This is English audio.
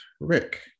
Rick